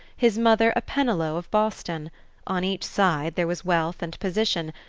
his mother a pennilow of boston on each side there was wealth and position,